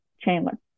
Chandler